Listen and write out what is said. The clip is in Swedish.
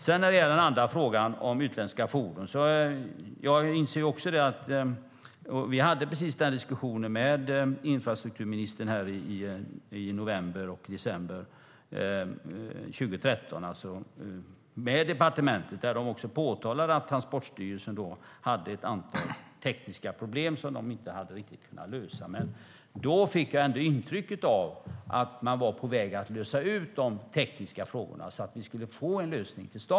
Sedan var det frågan om utländska fordon. Vi hade en diskussion med infrastrukturministern och departementet i november och december 2013. De påtalade att Transportstyrelsen har ett antal tekniska problem som de inte riktigt har kunnat lösa. Då fick jag ändå intrycket av att man var på väg att lösa de tekniska frågorna.